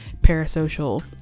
parasocial